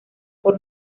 por